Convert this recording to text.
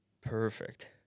Perfect